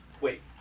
Wait